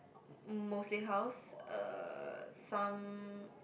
oh mostly house uh some